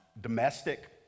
domestic